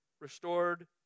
restored